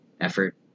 Effort